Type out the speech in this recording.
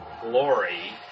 glory